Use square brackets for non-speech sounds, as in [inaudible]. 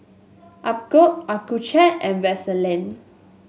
[unintelligible] Accucheck and Vaselin